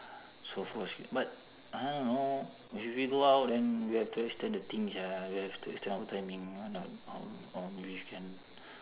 so but I don't know if we go out then we have to extend the thing sia we have to extend our timing or not um um we can